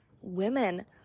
women